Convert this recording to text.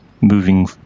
moving